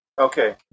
Okay